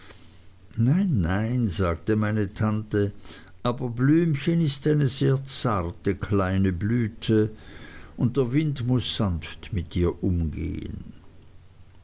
nein nein sagte meine tante aber blümchen ist eine sehr zarte kleine blüte und der wind muß sanft mit ihr umgehen